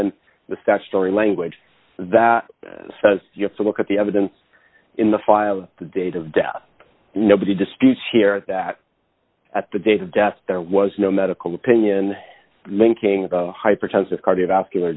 ed the statutory language that says you have to look at the evidence in the filing date of death nobody disputes here that at the date of death there was no medical opinion linking hypertensive cardiovascular